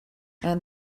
and